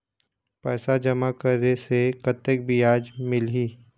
पैसा जमा करे से कतेक ब्याज मिलही?